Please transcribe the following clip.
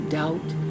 doubt